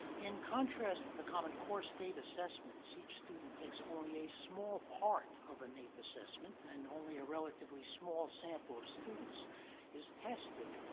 in contrast to the common core state assessments, each student takes only a small part of a naep assessment, and only a relatively small sample of students is tested.